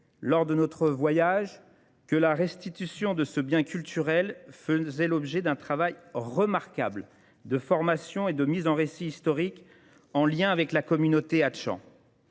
lors de notre voyage, que la restitution de ce bien culturel faisait l'objet d'un travail remarquable de formation et de mise en récit historique en lien avec la communauté Hatchant.